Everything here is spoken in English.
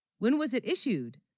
when was it issued?